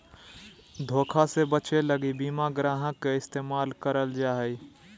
धोखा से बचे लगी बीमा ग्राहक के इस्तेमाल करल जा हय